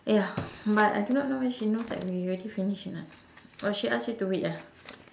ya but I do not know when she knows that we already finish or not oh she ask you to wait ah